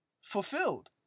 Fulfilled